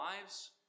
lives